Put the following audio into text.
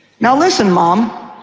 now listen, mom,